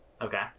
Okay